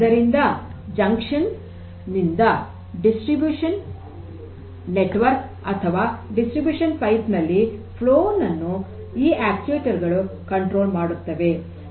ಆದ್ದರಿಂದ ಜಂಕ್ಷನ್ ನಿಂದ distribution network ಅಥವಾ ವಿತರಣಾ ಕೊಳವೆಗಳಲ್ಲಿ ಹರಿವನ್ನು ಈ ಅಕ್ಟುಯೆಟರ್ ಗಳು ಕಂಟ್ರೋಲ್ ಮಾಡುತ್ತವೆ